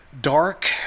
dark